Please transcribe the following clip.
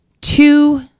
two